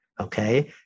Okay